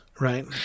Right